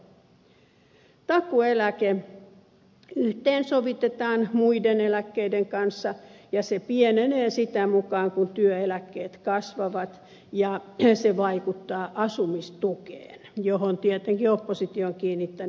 takuueläke yhteensovitetaan muiden eläkkeiden kanssa ja se pienenee sitä mukaa kuin työeläkkeet kasvavat ja se vaikuttaa asumistukeen johon tietenkin oppositio on kiinnittänyt huomiota